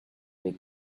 make